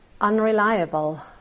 unreliable